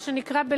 מה שנקרא,